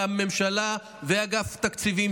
שהממשלה ואגף התקציבים,